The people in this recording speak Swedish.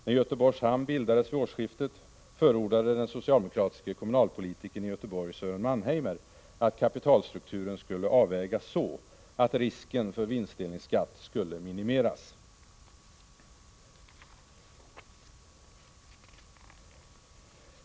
När Göteborgs hamn AB bildades vid årsskiftet, förordade den socialdemokratiska kommunalpolitikern i Göteborg, Sören Mannheimer, att kapitalstrukturen skulle avvägas så att risken för vinstdelningsskatt skulle minimeras.